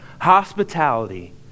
Hospitality